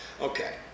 Okay